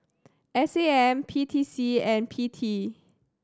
S A M P T C and P T